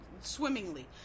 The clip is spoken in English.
swimmingly